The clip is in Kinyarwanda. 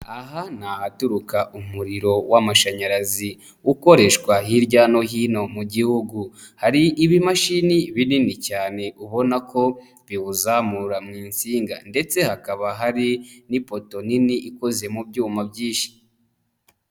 Aha n'ahaturuka umuriro w'amashanyarazi ukoreshwa hirya no hino mu gihugu, hari ibimashini binini cyane ubona ko biwuzamura mu nsinga ndetse hakaba hari n'ipoto nini ikoze mu byuma byinshi.